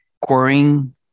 quarrying